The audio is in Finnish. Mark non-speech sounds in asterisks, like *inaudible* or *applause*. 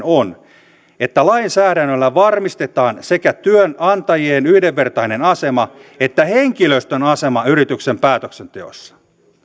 *unintelligible* on että lainsäädännöllä varmistetaan sekä työnantajien yhdenvertainen asema että henkilöstön asema yrityksen päätöksenteossa